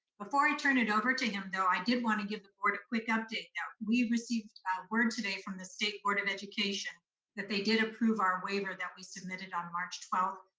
before i turn it over to him, though, i did wanna give the board a quick update that we received word today from the state board of education that they did approve our waiver that we submitted on march twelfth,